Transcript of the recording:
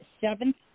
seventh